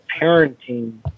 parenting